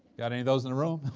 got any of those in the room?